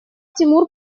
тимур